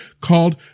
called